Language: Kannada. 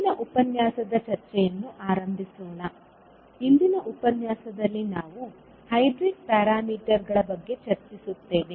ಇಂದಿನ ಉಪನ್ಯಾಸದ ಚರ್ಚೆಯನ್ನು ಆರಂಭಿಸೋಣ ಇಂದಿನ ಉಪನ್ಯಾಸದಲ್ಲಿ ನಾವು ಹೈಬ್ರಿಡ್ ಪ್ಯಾರಾಮೀಟರ್ಗಳ ಬಗ್ಗೆ ಚರ್ಚಿಸುತ್ತೇವೆ